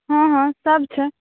हँ हँ सब छै